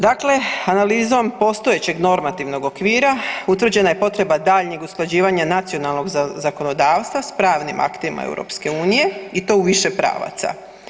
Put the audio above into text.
Dakle, analizom postojećeg normativnog okvira utvrđena je potreba daljnjeg usklađivanja nacionalnog zakonodavstva s pravnim aktima Europske unije i to u više pravaca.